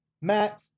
Matt